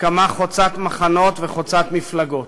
הסכמה חוצת מחנות וחוצת מפלגות.